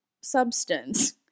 substance